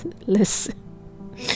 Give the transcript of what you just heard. Listen